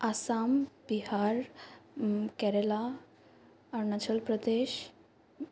Assam Bihar Kerala Arunachal Pradesh